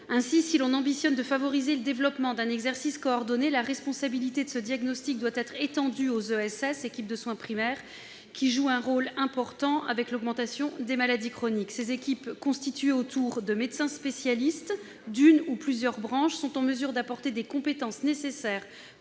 CPTS. Si l'on ambitionne de favoriser le développement d'un exercice coordonné, la responsabilité de ce diagnostic doit être étendue aux équipes de soins spécialisés, qui jouent un rôle important, avec l'augmentation des maladies chroniques. Ces équipes, constituées autour de médecins spécialistes d'une ou plusieurs branches, sont en mesure d'apporter des compétences nécessaires